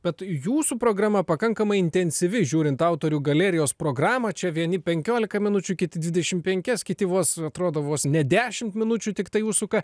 bet jūsų programa pakankamai intensyvi žiūrint autorių galerijos programą čia vieni penkiolika minučių kiti dvidešim penkias kiti vos atrodo vos ne dešim minučių tiktai užsuka